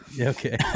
Okay